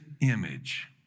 image